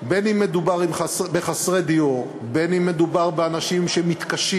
בין שמדובר בחסרי דיור, בין שמדובר באנשים שמתקשים